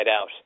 out